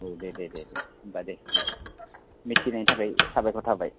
औ दे दे दे होनब्ला दे दे मिथिहोनायनि थाखाय साबायखर थाबाय